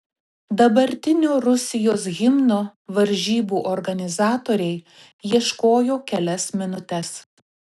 dabartinio rusijos himno varžybų organizatoriai ieškojo kelias minutes